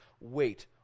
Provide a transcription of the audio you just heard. wait